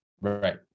Right